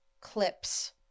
clips